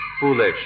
foolish